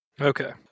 Okay